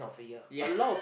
ya